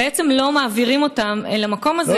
בעצם לא מעבירים אותן למקום הזה,